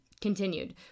continued